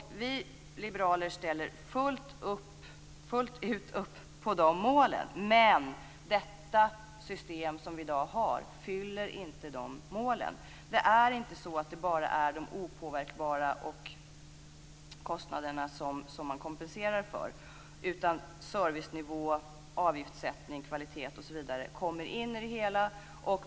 Vi liberaler ställer fullt ut upp på de målen. Men det system som vi har i dag fyller inte de målen. Det är inte bara de opåverkbara kostnaderna man kompenserar för, utan servicenivå, avgiftssättning, kvalitet osv. kommer in i det hela.